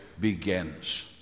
begins